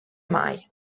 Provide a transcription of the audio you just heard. mai